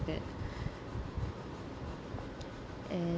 that and